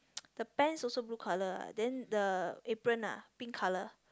the pants also blue colour lah then the apron lah pink colour